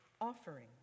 offering